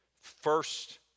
First